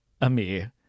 Amir